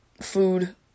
food